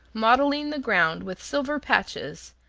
mottling the ground with silver patches,